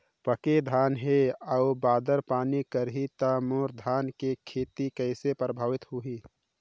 पके धान हे अउ बादर पानी करही त मोर धान के खेती कइसे प्रभावित होही?